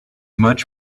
much